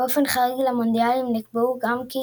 ובאופן חריג למונדיאלים נקבע גם כי